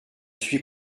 suis